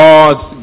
God's